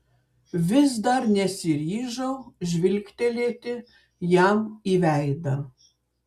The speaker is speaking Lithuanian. vis dar nesiryžau žvilgtelėti jam į veidą